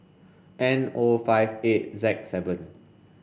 N O five eight Z seven